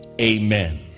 Amen